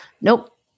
nope